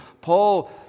Paul